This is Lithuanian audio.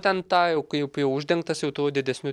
ten tą jau kaip jau uždengtas jau tuo didesniu